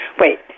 wait